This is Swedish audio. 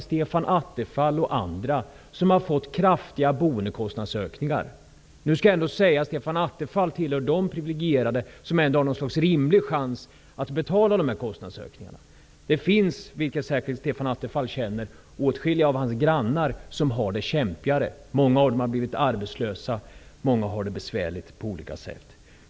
Stefan Attefall och många andra människor har fått kraftiga bostadskostnadsökningar, men Stefan Attefall tillhör de privilegierade, som har en rimlig chans att betala kostnadsökningarna. Han känner säkert till att åtskilliga av hans grannar har det kämpigare. Många har blivit arbetslösa, och många har det besvärligt på olika sätt.